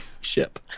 ship